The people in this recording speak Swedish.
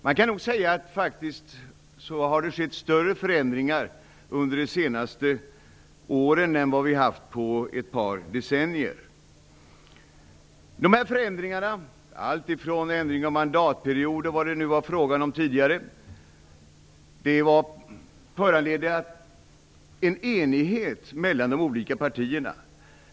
Man kan nog säga att det faktiskt har skett större förändringar under de senaste åren än vad som skett på ett par decennier. Dessa förändringar, alltifrån ändring av mandatperiod och vad det nu var fråga om tidigare, var föranledda av en enighet mellan de olika partierna.